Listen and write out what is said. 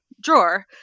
drawer